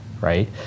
right